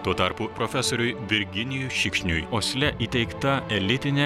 tuo tarpu profesoriui virginijui šikšniui osle įteikta elitinė